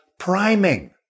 priming